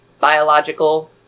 biological